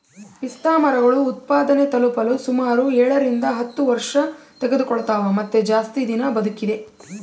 ಪಿಸ್ತಾಮರಗಳು ಉತ್ಪಾದನೆ ತಲುಪಲು ಸುಮಾರು ಏಳರಿಂದ ಹತ್ತು ವರ್ಷತೆಗೆದುಕೊಳ್ತವ ಮತ್ತೆ ಜಾಸ್ತಿ ದಿನ ಬದುಕಿದೆ